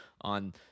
on